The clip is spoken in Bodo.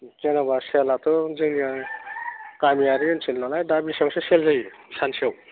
जेन'बा सेलआथ' जोंनिया गामियारि ओनसोल नालाय दा बेसांसो सेल जायो सानसेयाव